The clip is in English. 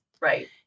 Right